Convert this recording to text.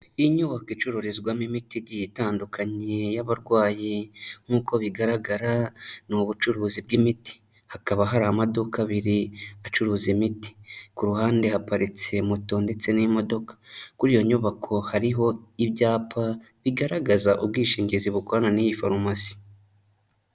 Inyubako icururizwamo imiti igiye itandukanye y'abarwayi nk'uko bigaragara ni ubucuruzi bw'imiti, hakaba hari amaduka abiri acuruza imiti ku ruhande haparitse moto ndetse n'imodoka, kuri iyo nyubako hariho ibyapa bigaragaza ubwishingizi bukorana n'iyi farumasi.